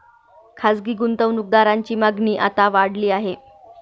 खासगी गुंतवणूक दारांची मागणी आता वाढली आहे